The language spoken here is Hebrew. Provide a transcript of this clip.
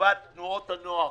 לטובת תנועות הנוער,